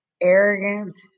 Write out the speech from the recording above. arrogance